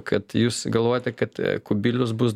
kad jūs galvojate kad kubilius bus